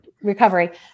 recovery